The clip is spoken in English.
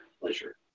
pleasure